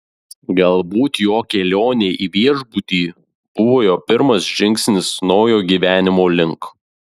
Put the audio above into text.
galbūt jo kelionė į viešbutį buvo jo pirmas žingsnis naujo gyvenimo link